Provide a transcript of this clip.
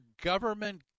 government